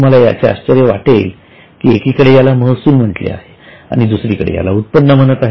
तुम्हाला याचे आश्चर्य वाटेल कि एकीकडे याला महसूल म्हटले आहे आणि दुसरीकडे याला उत्पन्न म्हणत आहेत